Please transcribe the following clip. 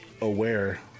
aware